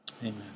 Amen